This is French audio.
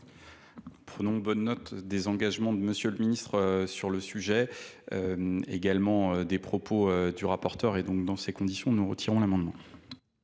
Prenons bonne note des engagements de monsieur le ministre sur le sujet également des proposs du rapporteur et dans ces conditions nous retirons l'amendement